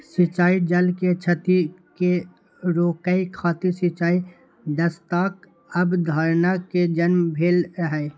सिंचाइ जल के क्षति कें रोकै खातिर सिंचाइ दक्षताक अवधारणा के जन्म भेल रहै